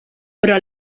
però